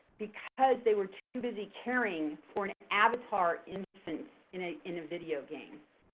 because they were too busy caring for an avatar infant in a in a video game.